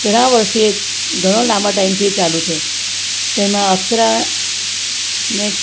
ઘણા વર્ષથી એ ઘણો લાંબા ટાઈમથી એ ચાલુ છે તેમાં અક્ષરાને